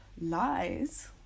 lies